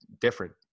different